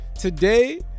Today